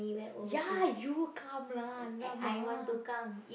ya you come lah !alamak!